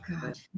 God